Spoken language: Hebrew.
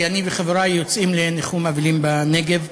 כי אני וחברי יוצאים לניחום אבלים בנגב.